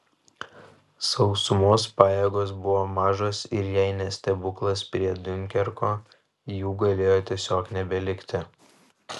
sausumos pajėgos buvo mažos ir jei ne stebuklas prie diunkerko jų galėjo tiesiog nebelikti